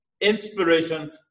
Inspiration